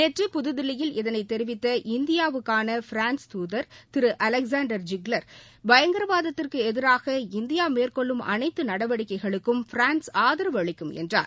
நேற்று புதுதில்லியில் இதனைத் தெரிவித்த இந்தியாவுக்கான பிரான்ஸ் துதர் திரு அலெக்சாண்டர் ஜிக்ளா் பயங்கரவாதத்துக்கு எதிராக இந்தியா மேற்கொள்ளும் அனைத்து நடவடிக்கைகளுக்கும் பிரான்ஸ் ஆதரவு அளிக்கும் என்றார்